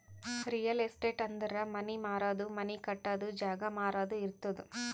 real estate ಅಂದುರ್ ಮನಿ ಮಾರದು, ಮನಿ ಕಟ್ಟದು, ಜಾಗ ಮಾರಾದು ಇರ್ತುದ್